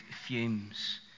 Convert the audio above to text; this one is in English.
fumes